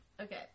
Okay